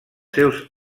seus